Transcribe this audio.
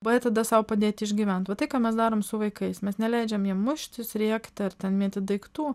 b tada sau padėti išgyvent vat tai ką mes darom su vaikais mes neleidžiam jiem muštis rėkti ar ten mėtyt daiktų